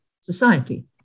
society